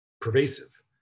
pervasive